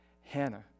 Hannah